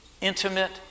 intimate